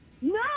No